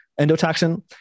endotoxin